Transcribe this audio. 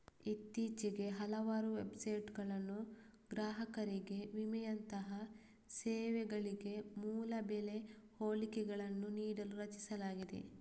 ಇತ್ತೀಚೆಗೆ ಹಲವಾರು ವೆಬ್ಸೈಟುಗಳನ್ನು ಗ್ರಾಹಕರಿಗೆ ವಿಮೆಯಂತಹ ಸೇವೆಗಳಿಗೆ ಮೂಲ ಬೆಲೆ ಹೋಲಿಕೆಗಳನ್ನು ನೀಡಲು ರಚಿಸಲಾಗಿದೆ